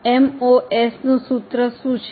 એમઓએસનું સૂત્ર શું છે